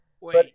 Wait